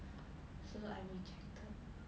so I rejected